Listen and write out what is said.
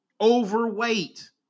overweight